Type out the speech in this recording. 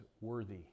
worthy